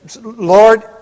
Lord